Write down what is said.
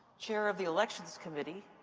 chair of the elections committee